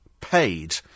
paid